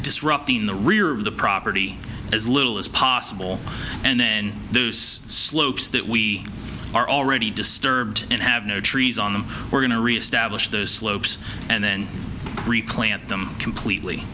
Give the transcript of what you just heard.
disrupting the rear of the property as little as possible and then the slopes that we are already disturbed and have no trees on them we're going to reestablish the slopes and then replant them completely